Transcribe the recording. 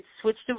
switched